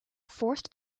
forced